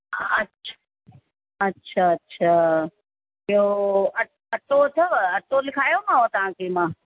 अछ अछा अछा ॿियो अट अटो अथव अटो लिखायोमांव तव्हांखे मां